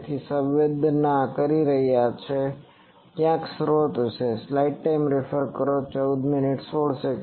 તેથી તેઓ સંવેદના કરી રહ્યાં છે કે ક્યાંક કોઈ સ્રોત છે